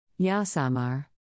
Yasamar